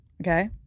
Okay